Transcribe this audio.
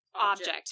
object